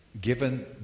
given